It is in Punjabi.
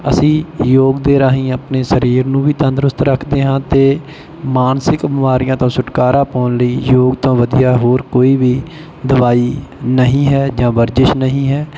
ਅਸੀਂ ਯੋਗ ਦੇ ਰਾਹੀਂ ਆਪਣੇ ਸਰੀਰ ਨੂੰ ਵੀ ਤੰਦਰੁਸਤ ਰੱਖਦੇ ਹਾਂ ਅਤੇ ਮਾਨਸਿਕ ਬਿਮਾਰੀਆਂ ਤੋਂ ਛੁਟਕਾਰਾ ਪਾਉਣ ਲਈ ਯੋਗ ਤੋਂ ਵਧੀਆ ਹੋਰ ਕੋਈ ਵੀ ਦਵਾਈ ਨਹੀਂ ਹੈ ਜਾਂ ਵਰਜਿਸ਼ ਨਹੀਂ ਹੈ